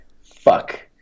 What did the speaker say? fuck